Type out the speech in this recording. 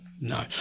No